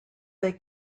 they